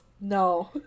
No